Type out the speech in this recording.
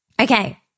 Okay